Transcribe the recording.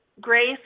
grace